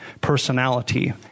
personality